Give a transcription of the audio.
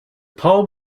poem